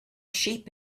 sheep